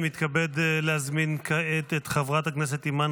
אני מתכבד להזמין כעת את חברת הכנסת אימאן